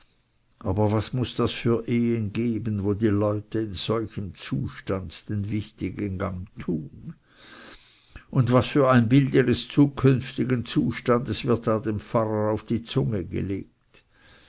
aber was muß das für ehen geben wo die leute in solchem zustande den wichtigen gang tun und was für ein bild ihres zukünftigen zustandes wird da dem pfarrer auf die zunge gelegt